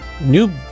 new